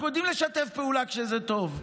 אנחנו יודעים לשתף פעולה כשזה טוב.